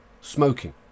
smoking